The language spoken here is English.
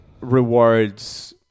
rewards